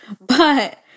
But-